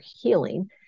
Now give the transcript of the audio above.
healing